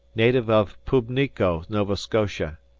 native of pubnico, nova scotia.